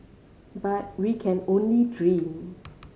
but we can only dream